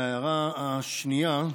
וההערה השנייה,